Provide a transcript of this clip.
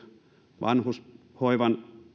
toimimattomat hoitoketjut vanhushoivan